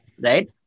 right